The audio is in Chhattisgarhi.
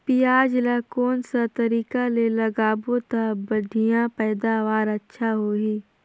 पियाज ला कोन सा तरीका ले लगाबो ता बढ़िया पैदावार अच्छा होही?